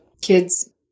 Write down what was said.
kids